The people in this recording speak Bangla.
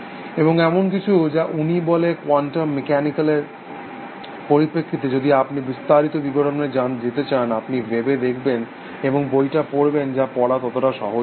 এবং এমন কিছু যা উনি বলে কোয়ান্টাম মেকানিকেল এর পরিপ্রেক্ষিতে যদি আপনি বিস্তারিত বিবরণে যেতে চান আপনি ওয়েবে দেখবেন এবং বইটা পড়বেন যা পড়া ততটা সহজ নয়